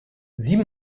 sieh